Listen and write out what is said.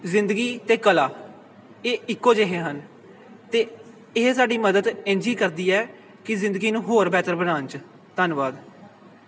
ਜ਼ਿੰਦਗੀ ਅਤੇ ਕਲਾ ਇਹ ਇੱਕੋ ਜਿਹੇ ਹਨ ਅਤੇ ਇਹ ਸਾਡੀ ਮਦਦ ਇੰਝ ਹੀ ਕਰਦੀ ਹੈ ਕਿ ਜ਼ਿੰਦਗੀ ਨੂੰ ਹੋਰ ਬਿਹਤਰ ਬਣਾਉਣ 'ਚ ਧੰਨਵਾਦ